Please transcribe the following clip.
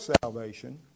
salvation